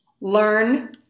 learn